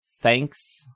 thanks